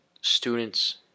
students